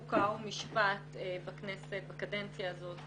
חוק ומשפט בכנסת בקדנציה הזאת,